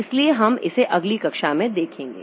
इसलिए हम इसे अगली कक्षा में देखेंगे